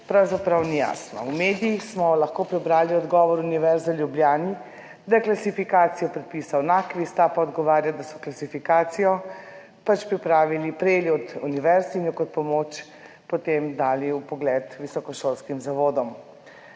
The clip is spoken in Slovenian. pravzaprav ni jasno. V medijih smo lahko prebrali odgovor Univerze v Ljubljani, da je klasifikacijo predpisov določil NAKVIS, ta pa odgovarja, da so klasifikacijo prejeli od univerz in jo kot pomoč potem dali v vpogled visokošolskim zavodom.